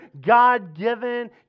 God-given